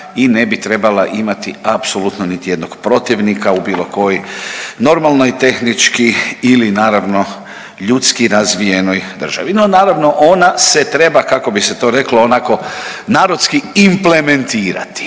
i ne bi trebala imati apsolutno niti jednog protivnika u bilo kojoj normalnoj tehnički ili naravno ljudski razvijenoj državi. No, naravno ona se treba kako bi se to reklo onako narodski implementirati.